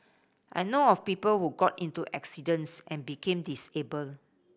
I know of people who got into accidents and became disabled